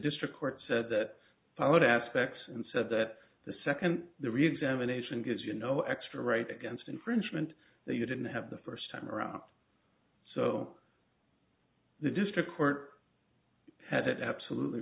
district court said that followed aspects and said that the second the reexamination gives you no extra right against infringement that you didn't have the first time around so the district court has it absolutely